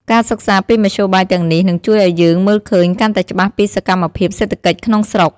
ការសិក្សាពីមធ្យោបាយទាំងនេះនឹងជួយឱ្យយើងមើលឃើញកាន់តែច្បាស់ពីសកម្មភាពសេដ្ឋកិច្ចក្នុងស្រុក។